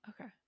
Okay